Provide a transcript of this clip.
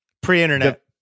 Pre-internet